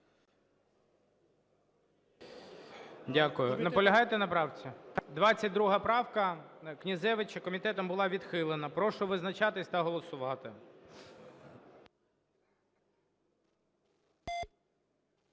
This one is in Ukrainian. Дякую. Наполягаєте на правці? 22 правка, Князевич, комітетом була відхилена. Прошу визначатись та голосувати.